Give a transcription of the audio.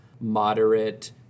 moderate